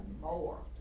more